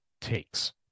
takes